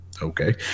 okay